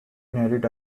inherit